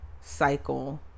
cycle